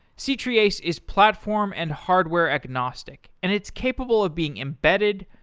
c-treeace is platform and hardware-agnostic and it's capable of being embedded,